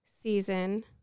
season